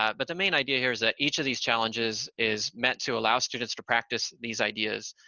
but the main idea here is that each of these challenges is meant to allow students to practice these ideas.